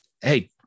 Hey